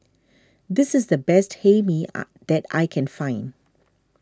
this is the best Hae Mee that I can find